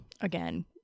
Again